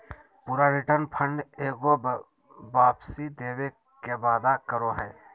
पूरा return fund एगो वापसी देवे के वादा करो हइ